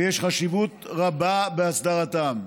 ויש חשיבות רבה בהסדרתם.